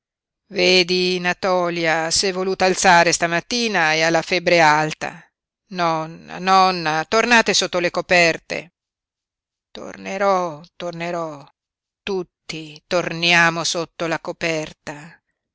vedi natòlia s'è voluta alzare stamattina e ha la febbre alta nonna nonna tornate sotto le coperte tornerò tornerò tutti torniamo sotto la coperta